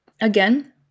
again